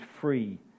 free